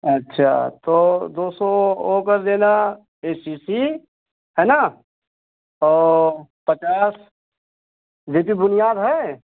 अच्छा तो दो सौ वह कर देना ऐ सी सी है ना और पचास जे पी बुनियाद है